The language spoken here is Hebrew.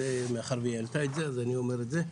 זה מאחר והיא העלתה את זה, אז אני אומר את זה.